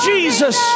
Jesus